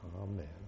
amen